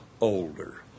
older